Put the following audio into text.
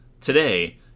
Today